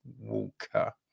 Walker